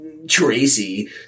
Tracy